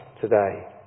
today